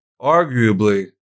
arguably